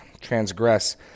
transgress